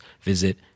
visit